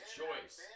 choice